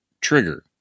trigger